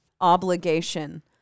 obligation